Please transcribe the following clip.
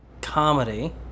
Comedy